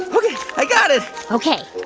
ok, i got it ok.